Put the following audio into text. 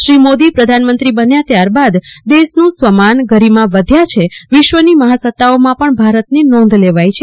શ્રી મોદી પધાનમંત્રી બન્યા ત્યારબાદ દેશનું સ્વમાન ગરિમા વધ્યા છે વિશ્વની મફાસત્તાઓમાં પણ ભારતની નોંધ લેવાઈ છે